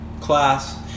class